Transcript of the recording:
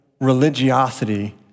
religiosity